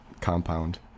compound